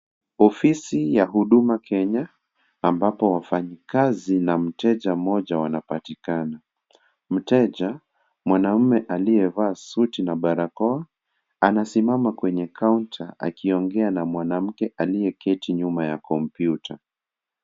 Ofisi, ya Huduma Kenya, ambapo wafanyikazi, na mteja mmoja wanapatikana, mteja, mwanaume aliyevaa suti na barakoa, anasimama kwenye kaunta, akiongea na mwanamke aliye keti nyuma ya kompyuta.